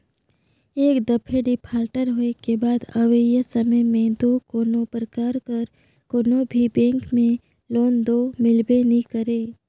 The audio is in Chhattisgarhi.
एक दफे डिफाल्टर होए के बाद अवइया समे में दो कोनो परकार कर कोनो भी बेंक में लोन दो मिलबे नी करे